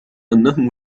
أنه